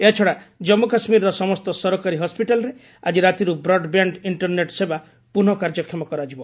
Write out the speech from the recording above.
ଏହାଛଡ଼ା ଜାମ୍ମୁ କାଶ୍ମୀରର ସମସ୍ତ ସରକାରୀ ହସ୍କିଟାଲ୍ରେ ଆଜି ରାତିରୁ ବ୍ରଡ୍ବ୍ୟାଣ୍ଡ ଇଷ୍ଟରନେଟ୍ ସେବା ପୁନଃ କାର୍ଯ୍ୟକ୍ଷମ କରାଯିବ